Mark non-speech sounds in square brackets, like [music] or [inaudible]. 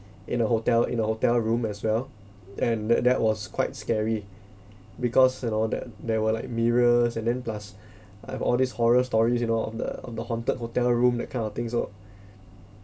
in a hotel in a hotel room as well and that that was quite scary because you know that there were like mirrors and then plus [breath] I have all these horror stories you know of the of the haunted hotel room that kind of things so